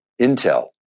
Intel